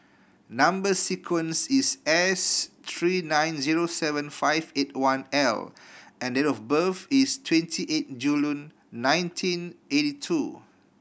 number sequence is S three nine zero seven five eight one L and date of birth is twenty eight June nineteen eighty two